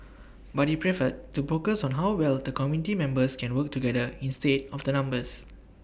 but he preferred to focus on how well the committee members can work together instead of the numbers